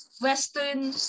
Western